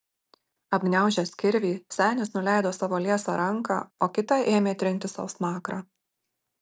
apgniaužęs kirvį senis nuleido savo liesą ranką o kita ėmė trinti sau smakrą